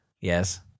Yes